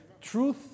Truth